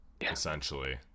essentially